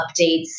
updates